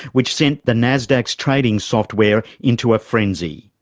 which sent the nasdaq's trading software into a frenzy.